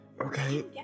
Okay